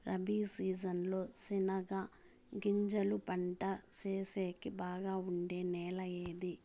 Rabi season లో చెనగగింజలు పంట సేసేకి బాగా ఉండే నెల ఏది?